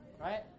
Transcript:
right